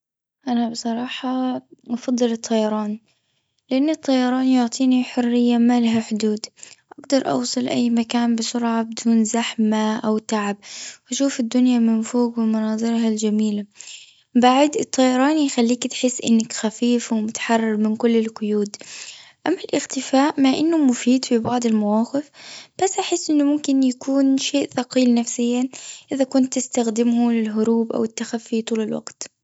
أنا بصراحة بفضل الطيران. لأن الطيران يعطيني حرية ما لها حدود. بقدر أوصل إي مكان بسرعة بدون زحمة أو تعب. وأشوف الدنيا من فوق ومناظرها الجميلة. بعد الطيران يخليك تحس إنك خفيف ومتحرر من كل القيود أم الأختفاء مع أنه مفيد في بعض المواقف بس تحس أنه ممكن يكون شيء ثقيل نفسيا إذا كنت أستخدمه للهروب أو التخفي طول الوقت.